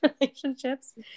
relationships